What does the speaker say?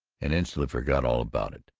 and instantly forgot all about it,